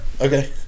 okay